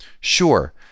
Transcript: Sure